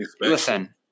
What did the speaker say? listen